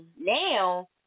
now